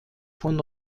von